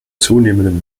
zunehmendem